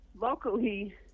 Locally